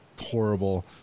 horrible